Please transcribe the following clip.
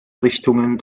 richtungen